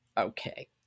Okay